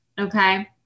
Okay